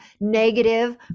negative